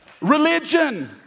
Religion